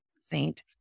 saint